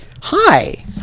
hi